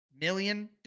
million